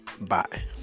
Bye